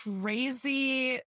crazy